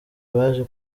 baje